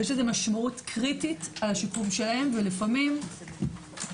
יש לזה משמעות קריטית על השיקום שלהם ולפעמים נקודת